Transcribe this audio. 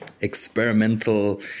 experimental